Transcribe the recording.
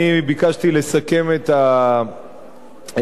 אני ביקשתי לסכם את הדיון.